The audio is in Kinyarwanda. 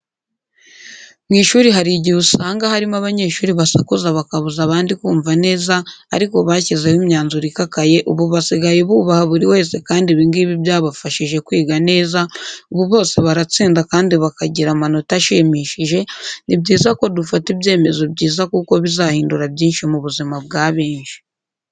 Mu ishuri hari igihe usanga harimo abanyeshuri basakuza bakabuza abandi kumva neza ariko bashyizeho imyanzuro ikakaye ubu basigaye bubaha buri wese kandi ibi ngibi byabafashije kwiga neza ubu bose baratsinda kandi bakagira amanota ashimishije, ni byiza ko dufata ibyemezo byiza kuko bizahindura byinshi mu buzima bwa benshi.